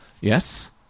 yes